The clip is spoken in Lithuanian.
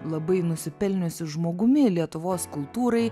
labai nusipelniusiu žmogumi lietuvos kultūrai